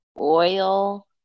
oil